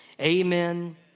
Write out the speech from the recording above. Amen